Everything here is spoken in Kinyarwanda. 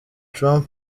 trump